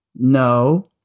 no